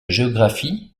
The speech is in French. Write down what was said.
géographie